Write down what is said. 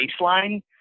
baseline